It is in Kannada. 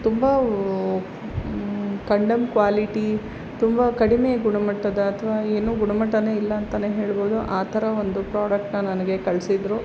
ತುಂಬ ಕಂಡಮ್ ಕ್ವಾಲಿಟಿ ತುಂಬ ಕಡಿಮೆ ಗುಣಮಟ್ಟದ ಅಥವಾ ಏನೂ ಗುಣಮಟ್ಟವೇ ಇಲ್ಲ ಅಂತನೇ ಹೇಳ್ಬೋದು ಆ ಥರ ಒಂದು ಪ್ರಾಡಕ್ಟನ್ನ ನನಗೆ ಕಳಿಸಿದ್ರು